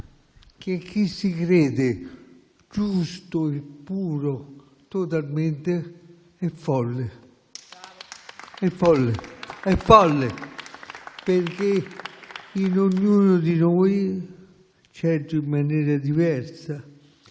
che chi si crede giusto e puro totalmente è folle. È folle, perché in ognuno di noi, certo in maniera diversa,